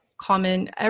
Common